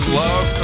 love